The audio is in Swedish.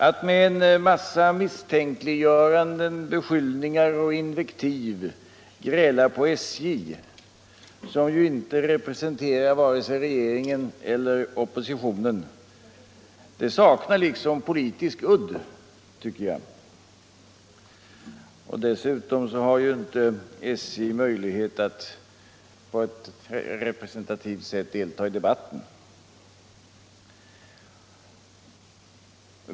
Att med en massa misstänkliggöranden, beskyllningar och invektiv gräla på SJ. som ju inte representerar vare sig regeringen eller oppositionen. tycker jag liksom saknar politisk udd. Dessutom har inte SJ möjlighet att på ett representativt sätt delta i debatten.